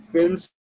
Films